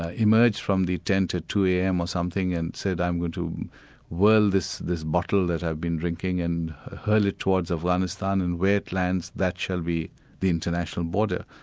ah emerged from the tent at two am or something, and said, i'm going to whirl this this bottle that i've been drinking and hurl it towards afghanistan and where it lands, that shall be the international border.